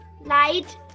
light